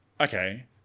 okay